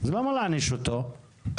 לא יכולנו להעמיד אותם בסיכון הזה,